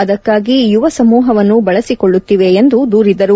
ಅದಕ್ಕಾಗಿ ಯುವ ಸಮೂಹವನ್ನು ಬಳಸಿಕೊಳ್ಳುತ್ತಿವೆ ಎಂದು ದೂರಿದರು